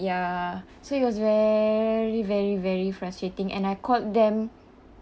ya so it was very very very frustrating and I called them